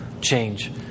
change